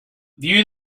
view